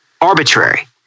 arbitrary